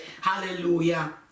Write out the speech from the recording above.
hallelujah